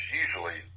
usually